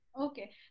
Okay